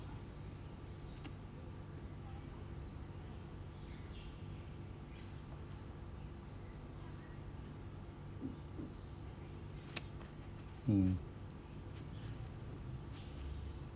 mm